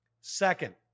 Second